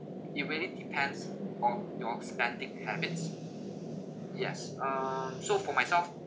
it really depends on your spending habits yes uh so for myself